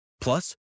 Plus